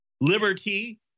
liberty